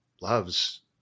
loves